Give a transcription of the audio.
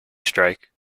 strike